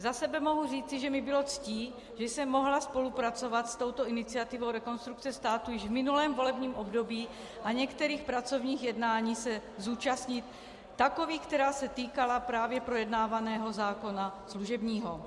Za sebe mohu říci, že mi bylo ctí, že jsem mohla spolupracovat s touto iniciativou Rekonstrukce státu již v minulém volebním období a některých pracovních jednání se zúčastnit, takových, která se týkala právě projednávaného zákona služebního.